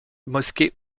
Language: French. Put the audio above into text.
mosquée